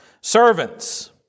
Servants